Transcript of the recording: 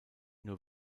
nur